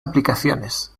aplicaciones